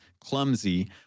clumsy